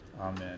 Amen